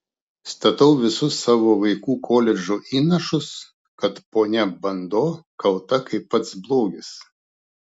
statau visus savo vaikų koledžo įnašus kad ponia bando kalta kaip pats blogis